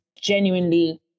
genuinely